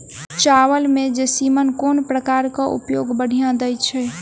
चावल म जैसमिन केँ प्रकार कऽ उपज बढ़िया दैय छै?